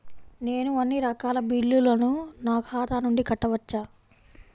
నేను అన్నీ రకాల బిల్లులను నా ఖాతా నుండి కట్టవచ్చా?